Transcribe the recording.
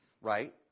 right